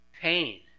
pain